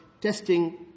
testing